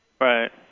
Right